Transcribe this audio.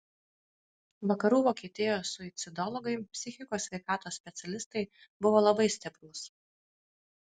vakarų vokietijos suicidologai psichikos sveikatos specialistai buvo labai stiprūs